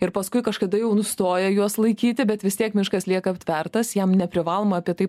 ir paskui kažkada jau nustoja juos laikyti bet vis tiek miškas lieka aptvertas jam neprivaloma apie tai